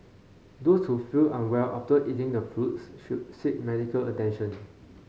those who feel unwell after eating the fruits should seek medical attention